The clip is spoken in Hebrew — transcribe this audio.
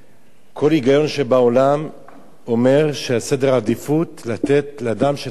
כל ההיגיון שבעולם אומר שסדר העדיפויות זה לתת לאדם שתרם.